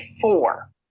four